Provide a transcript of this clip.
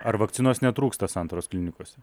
ar vakcinos netrūksta santaros klinikose